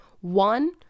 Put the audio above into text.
One